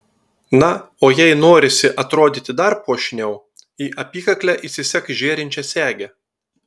na o jei norisi atrodyti dar puošniau į apykaklę įsisek žėrinčią segę